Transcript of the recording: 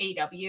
AW